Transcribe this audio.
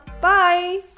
Bye